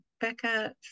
Becca